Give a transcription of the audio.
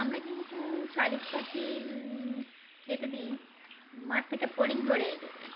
আমরা কিন্তু শালিক পাখি খেতে দিই মাঠ থেকে ফড়িং ধরে এনে দেয়